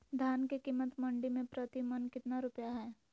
धान के कीमत मंडी में प्रति मन कितना रुपया हाय?